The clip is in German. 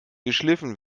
geschliffen